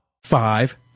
Five